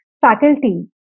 faculty